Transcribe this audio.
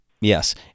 Yes